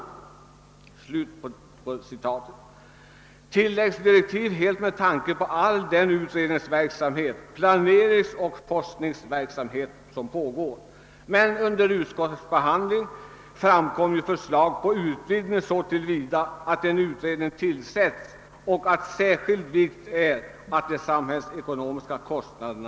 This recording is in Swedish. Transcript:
Detta förslag hade tillkommit helt med tanke på all den utredningsverksamhet samt planeringsoch forskningsverksamhet som pågår. Under utskottsbehandlingen vidgades emellertid motionsyrkandet så till vida att utskottet nu föreslår riksdagen att hos Kungl. Maj:t hemställa om en utredning för detta ändamål.